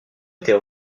était